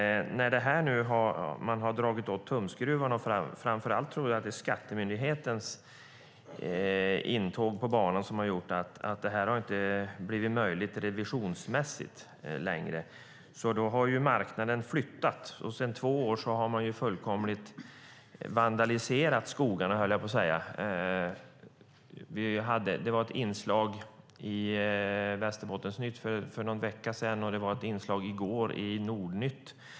Man har nu dragit åt tumskruvarna. Jag tror att framför allt skattemyndighetens intåg på banan har gjort att det hela revisionsmässigt inte längre är möjligt. Marknaden har därför flyttat. I två år har man, skulle jag vilja säga, fullkomligt vandaliserat skogarna. För någon vecka sedan var det ett inslag i Västerbottensnytt och i går i Nordnytt.